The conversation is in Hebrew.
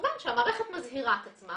כמובן שהמערכת מזהירה את עצמה